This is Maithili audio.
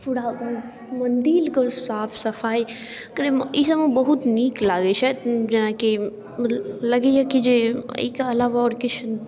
पूरा ओकर मन्दिलके साफ सफाइ करैमे ईसबमे बहुत नीक लागैत छै जेनाकी लगैए कि जे एहिके अलावा आओर किछु